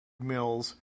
mills